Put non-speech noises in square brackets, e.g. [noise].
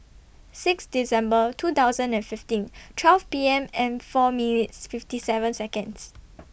six December two thousand and fifteen twelve P M and four minutes fifty seven Seconds [noise]